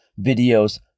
videos